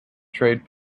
trade